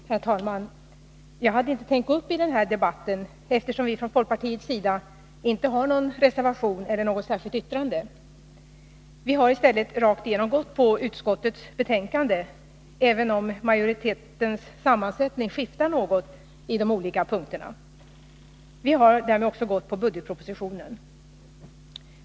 Herr talman! Jag hade inte tänkt att gå upp i den här debatten, eftersom vi från folkpartiets sida inte har någon reservation eller något särskilt yttrande. Vi har i stället följt majoritetens linje, även om majoritetens sammansättning skiftar något i de olika punkterna. Vi har därmed också följt budgetpropositionen.